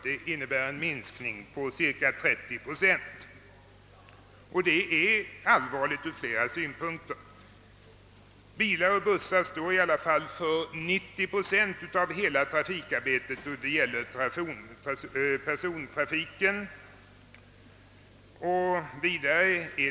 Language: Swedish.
Det innebär en minskning med cirka 30 procent, Denna minskning är allvarlig ur flera synpunkter; bilar och bussar svarar i alla fall för 90 procent av hela trafikarbetet när det gäller persontrafiken.